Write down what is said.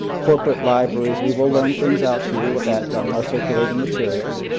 corporate libraries. we will loan things out to you that are circulating materials,